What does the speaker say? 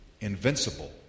invincible